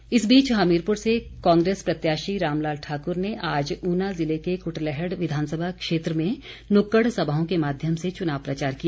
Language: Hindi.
रामलाल इस बीच हमीरपुर से कांग्रेस प्रत्याशी रामलाल ठाकुर ने आज ऊना जिले के कुटलैहड़ विधानसभा क्षेत्र में नुक्कड़ सभाओं के माध्यम से चुनाव प्रचार किया